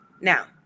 Now